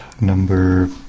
number